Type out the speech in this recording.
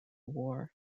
war